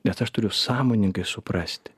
nes aš turiu sąmoningai suprasti